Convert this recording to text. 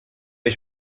ich